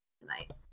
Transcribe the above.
tonight